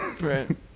Right